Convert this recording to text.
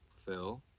phil?